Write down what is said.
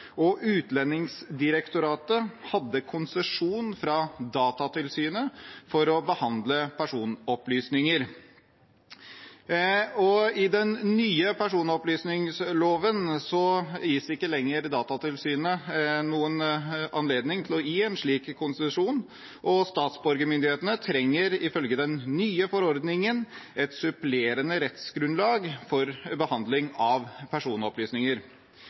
nye personopplysningsloven gis ikke lenger Datatilsynet anledning til å gi en slik konsesjon, og statsborgermyndighetene trenger, ifølge den nye forordningen, et supplerende rettsgrunnlag for behandling av personopplysninger.